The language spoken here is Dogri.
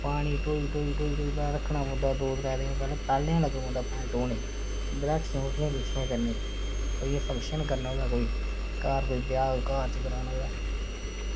पानी ढोई ढोई रक्खना पौंदा दौ त्रैऽ दिन पैह्लें पैह्लें लग्गी पौना पानी ढोने गी बस्हाठियां किट्ठियां करने गी भई कोई फंक्शन करना होऐ कोई घर कोई ब्याह् कोई घर च कराना होऐ